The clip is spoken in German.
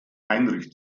heinrich